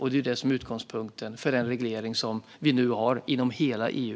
Det är det som är utgångspunkten för den reglering som vi nu har inom hela EU.